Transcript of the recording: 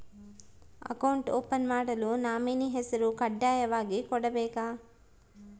Account open ಮಾಡಲು nominee ಹೆಸರು ಕಡ್ಡಾಯವಾಗಿ ಕೊಡಬೇಕಾ?